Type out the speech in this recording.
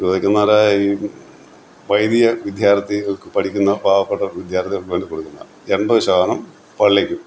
രൂപതയ്ക്കെന്നു പറയാ ഈ വൈദിക വിദ്യാർത്ഥികൾക്ക് പഠിക്കുന്ന പാവപ്പെട്ട വിദ്യാർത്ഥികൾക്ക് വേണ്ടി കൊടുക്കുന്നതാണ് എൺപത് ശതമാനം പള്ളിക്കും